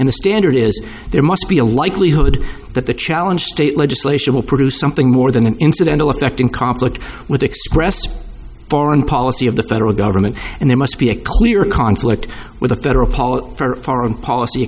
and the standard is there must be a likelihood that the challenge state legislation will produce something more than an incidental effect in conflict with expressed foreign policy of the federal government and there must be a clear conflict with a federal policy for foreign policy